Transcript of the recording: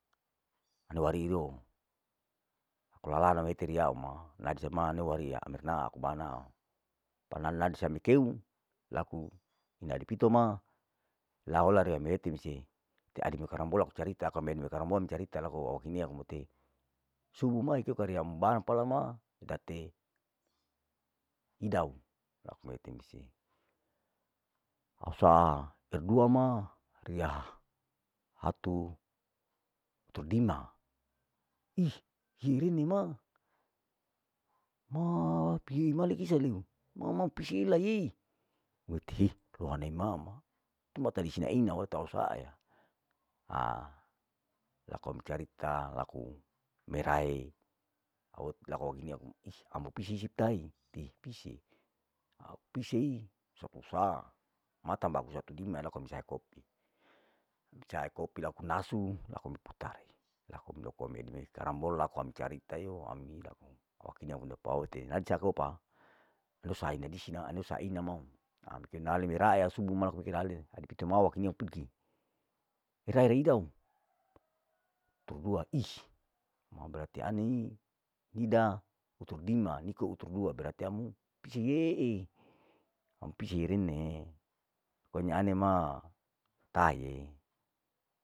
Ana wariri o, kulala namete riau ma naeset ma neu wariau naku bana, pana nansed dikeu laku ina adi pitoma, laihola riya mete mise, te adi me karambolok carita akang monua karang mon aku au kimia aku mute, subu mai kekariang barang pala ma hitate idao, ilaku mete mise, au saa iter dua ma keriah, hatu hurdima, ihirini ma maaapi male kise leu, mama pise lai ih mekisih lohane mama, materesi laheina ina watau sae, alaku ami carita laku merai au laku aku pisie isi tai au pisei sapu sa ma tamba husatu dina laku au usahe kopi, usahe kopi laku nasu laku miputari, laku me roko memei karambol laku micarita eo ami ilang, wakine au unapaute naisa kopa, nusa ine disina nusa ina mau, ami kenali mi rakyat subu ma laku kirale, adi pitoma, wakinia pirgi, mirakyat re idao hutu dua is ma berarti anei ida hutudima niko hutudua nah berarti amu pisie'e, amu pisie rene pokonya ane ma taiee.